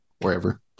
wherever